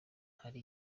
hari